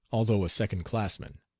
although a second-classman.